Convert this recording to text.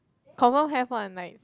confirm have one like